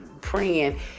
praying